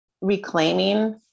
reclaiming